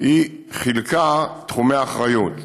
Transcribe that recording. חילקה תחומי אחריות,